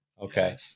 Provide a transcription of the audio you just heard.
Okay